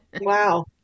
wow